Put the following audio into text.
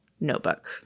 notebook